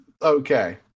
okay